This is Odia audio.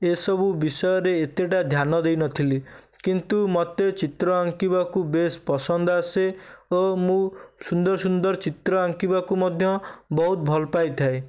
ଏସବୁ ବିଷୟରେ ଏତେଟା ଧ୍ୟାନ ଦେଇନଥିଲି କିନ୍ତୁ ମୋତେ ଚିତ୍ର ଆଙ୍କିବାକୁ ବେସ୍ ପସନ୍ଦ ଆସେ ଓ ମୁଁ ସୁନ୍ଦର ସୁନ୍ଦର ଚିତ୍ର ଚିତ୍ର ଆଙ୍କିବାକୁ ମଧ୍ୟ ବହୁତ ଭଲ ପାଇଥାଏ